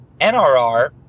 NRR